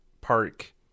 park